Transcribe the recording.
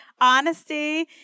honesty